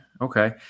okay